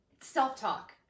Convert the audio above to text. self-talk